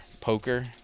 poker